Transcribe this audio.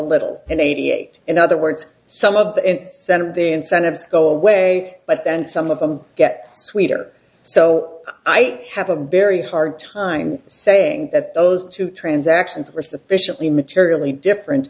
little in eighty eight in other words some of the set of the incentives go away but then some of them get sweeter so i have a very hard time saying that those two transactions are sufficiently materially different